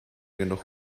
genug